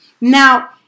Now